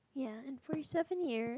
ya in forty seven years